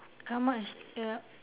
come up with the